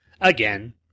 Again